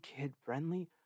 kid-friendly